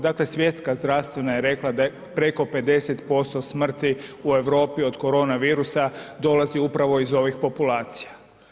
Dakle, Svjetska zdravstvena je rekla da je preko 50% smrti u Europi od koronavirusa dolazi upravo iz ovih populacija.